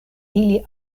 ili